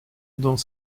dans